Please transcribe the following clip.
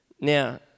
now